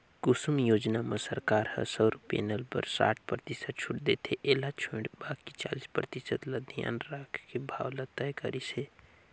कुसुम योजना म सरकार ह सउर पेनल बर साठ परतिसत छूट देथे एला छोयड़ बाकि चालीस परतिसत ल धियान राखके भाव ल तय करिस हे